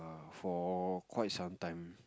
for quite some time